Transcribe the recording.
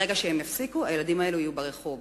ברגע שהם יפסיקו לפעול, הילדים האלה יהיו ברחוב.